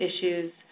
issues